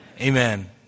Amen